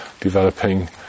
developing